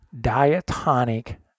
diatonic